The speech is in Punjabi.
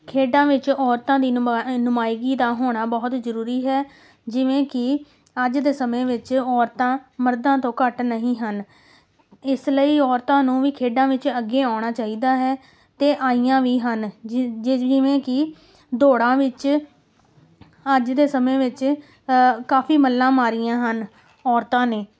ਖੇਡਾਂ ਵਿੱਚ ਔਰਤਾਂ ਦੀ ਨੁਮਾ ਨੁਮਾਇਗੀ ਦਾ ਹੋਣਾ ਬਹੁਤ ਜ਼ਰੂਰੀ ਹੈ ਜਿਵੇਂ ਕਿ ਅੱਜ ਦੇ ਸਮੇਂ ਵਿੱਚ ਔਰਤਾਂ ਮਰਦਾਂ ਤੋਂ ਘੱਟ ਨਹੀਂ ਹਨ ਇਸ ਲਈ ਔਰਤਾਂ ਨੂੰ ਵੀ ਖੇਡਾਂ ਵਿੱਚ ਅੱਗੇ ਆਉਣਾ ਚਾਹੀਦਾ ਹੈ ਅਤੇ ਆਈਆਂ ਵੀ ਹਨ ਜਿਵੇਂ ਕਿ ਦੌੜਾਂ ਵਿੱਚ ਅੱਜ ਦੇ ਸਮੇਂ ਵਿੱਚ ਕਾਫ਼ੀ ਮੱਲਾਂ ਮਾਰੀਆਂ ਹਨ ਔਰਤਾਂ ਨੇ